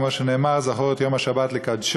כמו שנאמר: "זכור את יום השבת לקדשו",